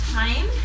time